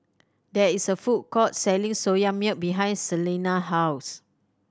there is a food court selling Soya Milk behind Celena house